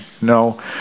No